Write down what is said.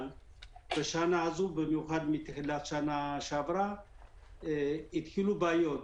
אבל בשנה הזו במיוחד בשנה שעברה התחילו בעיות.